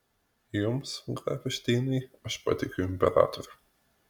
jums grafe šteinai aš patikiu imperatorių